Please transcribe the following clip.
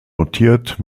notiert